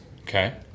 Okay